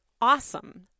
awesome